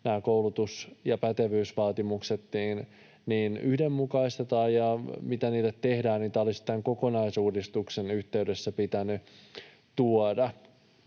koulutus- ja pätevyysvaatimukset yhdenmukaistetaan ja mitä niille tehdään, ja tämä olisi pitänyt tuoda sen kokonaisuudistuksen yhteydessä. Lisäksi nämä